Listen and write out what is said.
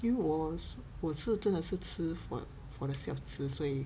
因为我我是真的是吃 for for the sake of 吃所以